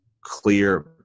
clear